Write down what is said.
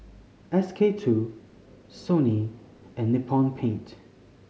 SK two Sony and Nippon Paint